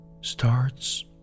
starts